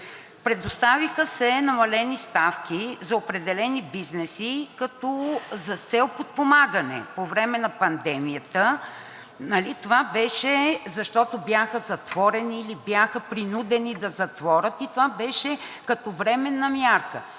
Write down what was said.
Предоставиха се намалени ставки за определени бизнеси с цел подпомагане по време на пандемията. Това беше – защото бяха затворени или бяха принудени да затворят и това беше като временна мярка.